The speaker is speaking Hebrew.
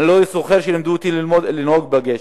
ואני לא זוכר שלימדו אותי לנהוג בגשם.